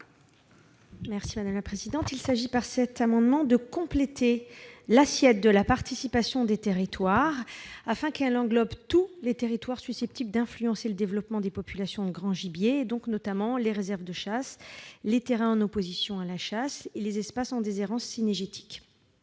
Mme Anne-Catherine Loisier. Il s'agit de compléter l'assiette de la participation des territoires, afin que celle-ci englobe tous les territoires susceptibles d'influencer le développement des populations de grand gibier, notamment les réserves de chasse, les terrains en opposition à la chasse et les espaces en déshérence cynégétique.